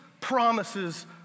promises